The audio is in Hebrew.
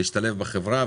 להשתלב בחברה,